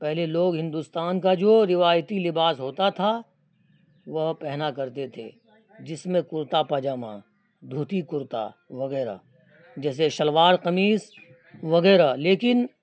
پہلے لوگ ہندوستان کا جو روایتی لباس ہوتا تھا وہ پہنا کرتے تھے جس میں کرتا پاجامہ دھوتی کرتا وغیرہ جیسے شلوار قمیص وغیرہ لیکن